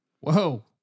Whoa